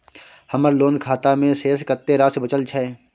हमर लोन खाता मे शेस कत्ते राशि बचल छै?